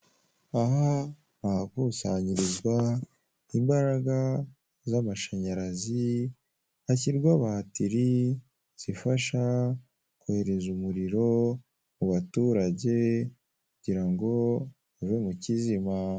Aha ni ahakusanyiririzwa imbaraga z' amashanyarazi hashyirwa batiri zifasha kohereza umuriro mu baturage kugira ngo bave mu kizima.